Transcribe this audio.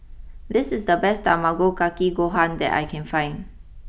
this is the best Tamago Kake Gohan that I can find